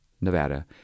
Nevada